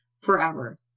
forever